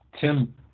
Tim